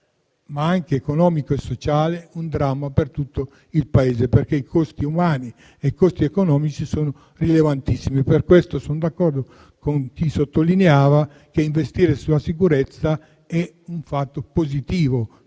che economico e sociale, sono un dramma per tutto il Paese. I costi umani e i costi economici sono infatti rilevantissimi per questo sono d'accordo con chi sottolineava che investire sulla sicurezza è un fatto positivo,